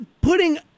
putting